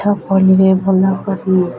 ପାଠ ପଢ଼ିବେ ଭଲ କରି